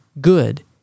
good